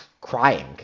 crying